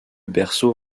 berceau